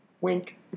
Wink